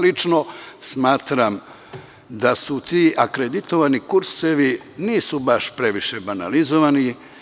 Lično, smatram da su ti akreditovani kursevi, nisu baš previše banalizovani.